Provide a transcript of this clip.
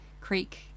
creek